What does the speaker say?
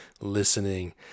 listening